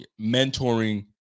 mentoring